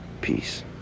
Peace